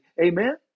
Amen